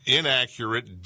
inaccurate